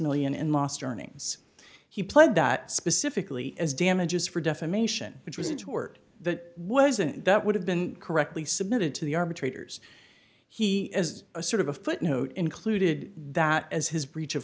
in lost earnings he pled that specifically as damages for defamation which was a tort that wasn't that would have been correctly submitted to the arbitrators he as a sort of a footnote included that as his breach of